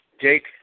Jake